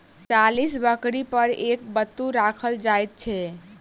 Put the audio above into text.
चालीस बकरी पर एक बत्तू राखल जाइत छै